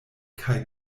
kaj